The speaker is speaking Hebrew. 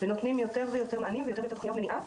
ונותנים יותר ויותר מענים ויותר ויותר תוכניות מניעה,